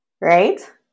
Right